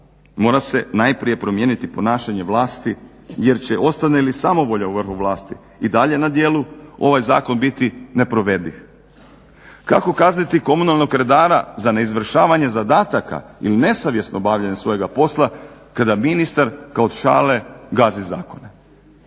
mora se najprije promijeniti ponašanje vlasti jer će ostane li samovolja u vrhu vlasti dalje na djelu ovaj zakon biti neprovediv. Kako kazniti komunalnog redara za neizvršavanje zadataka ili nesavjesno obavljanje svojega posla kada ministar kao od šale gazi zakone?